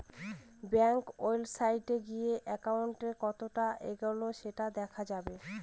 ব্যাঙ্কের ওয়েবসাইটে গিয়ে একাউন্ট কতটা এগোলো সেটা দেখা যাবে